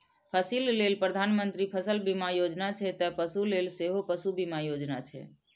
फसिल लेल प्रधानमंत्री फसल बीमा योजना छै, ते पशु लेल सेहो पशु बीमा योजना छै